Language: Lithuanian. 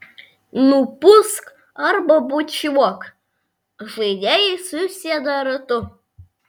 nupūsk arba bučiuok žaidėjai susėda ratu